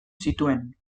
zituen